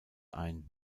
ein